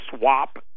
swap